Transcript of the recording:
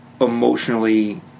emotionally